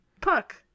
Puck